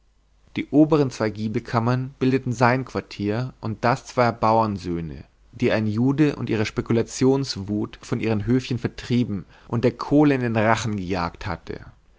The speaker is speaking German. die oberen zwei giebelkammern bildeten sein quartier und das zweier bauernsöhne die ein jude und ihre spekulationswut von ihrem höfchen vertrieben und der kohle in den rachen gejagt hatte